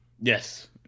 Yes